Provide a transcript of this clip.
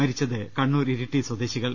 മരിച്ചത് കണ്ണൂർ ഇരിട്ടി സ്വദേശികൾ